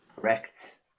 Correct